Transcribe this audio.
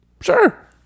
Sure